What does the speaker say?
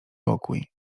pokój